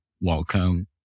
Welcome